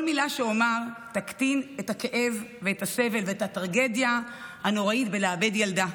כל מילה שאומר תקטין את הכאב ואת הסבל ואת הטרגדיה הנוראית בלאבד ילדה,